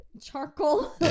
charcoal